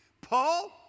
Paul